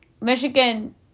Michigan